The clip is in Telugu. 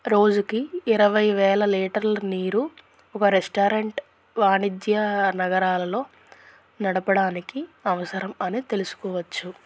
రోజుకి ఇరవై వేల లీటర్ల నీరు ఒక రెస్టారెంట్ వాణిజ్య నగరాలలో నడపడానికి అవసరం అని తెలుసుకోవచ్చు